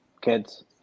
kids